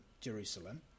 Jerusalem